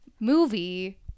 movie